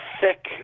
thick